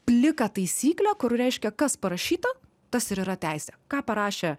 pliką taisyklę kur reiškia kas parašyta tas ir yra teisė ką parašė